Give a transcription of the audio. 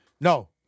no